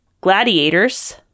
gladiators